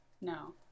No